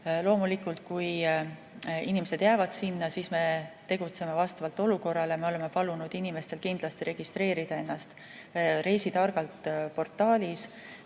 Loomulikult, kui inimesed jäävad sinna, siis me tegutseme vastavalt olukorrale. Me oleme palunud inimestel kindlasti registreerida ennast portaalis